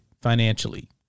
financially